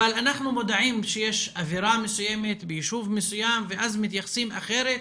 אבל אנחנו מודעים שיש אווירה מסוימת ביישוב מסוים ואז מתייחסים אחרת